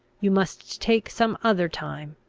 you must take some other time.